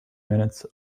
minutes